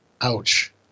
ouch